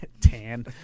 tan